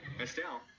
Estelle